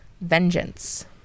vengeance